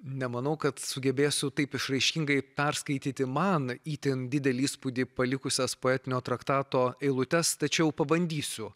nemanau kad sugebėsiu taip išraiškingai perskaityti man itin didelį įspūdį palikusias poetinio traktato eilutes tačiau pabandysiu